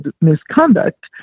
misconduct